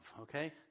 okay